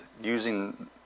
using